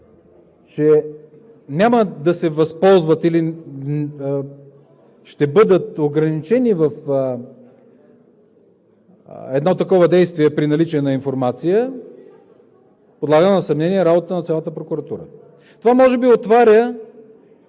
че няма да се възползват или ще бъдат ограничени в едно такова действие при наличие на информация, подлага на съмнение работата на цялата Прокуратура. Това може би отваря